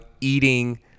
eating